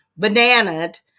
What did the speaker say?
bananaed